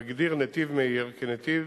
מגדיר נתיב מהיר כנתיב